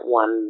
one